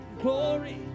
glory